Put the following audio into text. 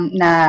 na